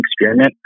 experiment